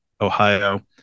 Ohio